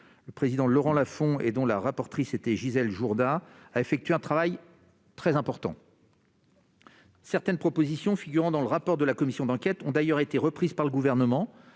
présidée par Laurent Lafon et dont la rapportrice était Gisèle Jourda, a effectué un travail très important. Certaines propositions figurant dans le rapport de la commission d'enquête ont d'ailleurs été reprises par le Gouvernement